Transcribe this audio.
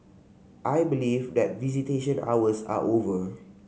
I believe that visitation hours are over